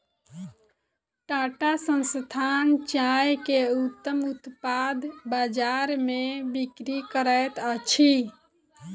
टाटा संस्थान चाय के उत्तम उत्पाद बजार में बिक्री करैत अछि